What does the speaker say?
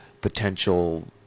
potential